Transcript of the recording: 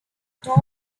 top